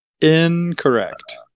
Incorrect